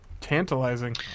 Tantalizing